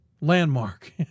landmark